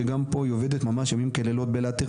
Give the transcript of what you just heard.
שגם פה היא עובדת ממש ימים כלילות בלאתר